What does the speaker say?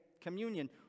communion